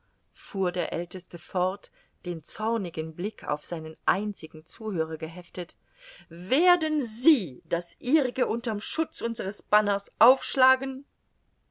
fuhr der aelteste fort den zornigen blick auf seinen einzigen zuhörer geheftet werden sie das ihrige unter'm schutz unsers banners aufschlagen